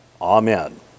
amen